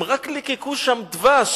הם רק ליקקו שם דבש.